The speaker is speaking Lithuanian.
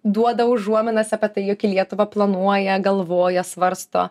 duoda užuominas apie tai jog į lietuva planuoja galvoja svarsto